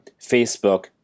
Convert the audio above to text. Facebook